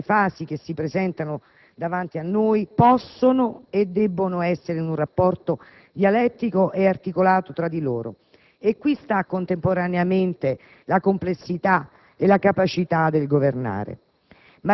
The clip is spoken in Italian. e delle fasi che si presentano davanti a noi, possono e debbono essere in un rapporto dialettico e articolato tra di loro, e qui sta contemporaneamente la complessità e la capacità del governare;